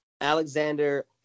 Alexander